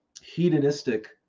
hedonistic